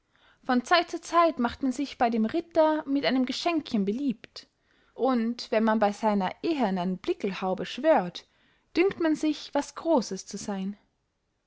von zeit zu zeit macht man sich bey dem ritter mit einem geschenkchen beliebt und wenn man bey seiner ehernern bickelhaube schwört dünkt man sich was grosses zu seyn